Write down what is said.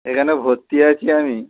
এখানে ভর্তি আছি আমি